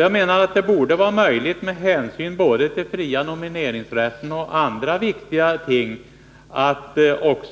Jag menar att det borde vara möjligt, även med hänsyn till den fria nomineringsrätten och andra viktiga ting, att